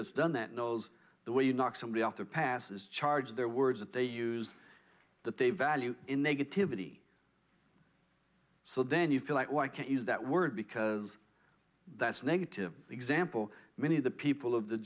that's done that knows the way you knock somebody off their passes charge their words that they use that they value in they get to vittie so then you feel like i can't use that word because that's negative example many of the people of the